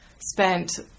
spent